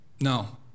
No